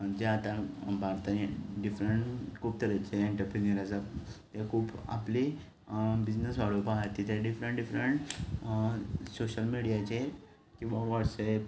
म्हणजे आतां भारताचें डिफरंट खूब तरेचें एंटरप्रिन्युरीज तें खूब आपली बिजनस वाडोवपा खातीर ते डिफरंट डिफरंट सोशल मिडियाचेर किंवां वोट्स एप